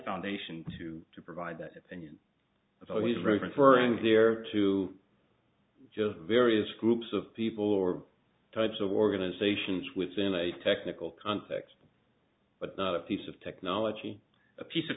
foundation to provide that opinion as always referring there to just various groups of people or types of organizations within a technical context but the other piece of technology a piece of